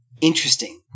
interesting